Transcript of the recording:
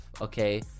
Okay